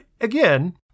again